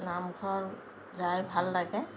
নামঘৰ যাই ভাল লাগে